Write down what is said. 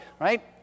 right